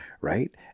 Right